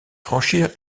franchir